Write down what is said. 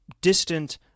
distant